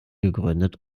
gegründet